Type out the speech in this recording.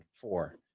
four